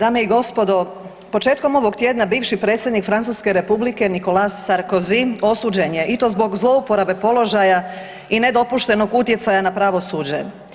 Dame i gospodo, početkom ovog tjedna bivši predsjednik Francuske Republike Nicolas Sarkozy osuđen je i to zbog zlouporabe položaja i nepoštenog utjecaja na pravosuđe.